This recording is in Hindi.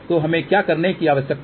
तो हमें क्या करने की आवश्यकता है